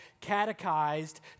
catechized